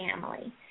family